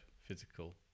physical